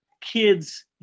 kid's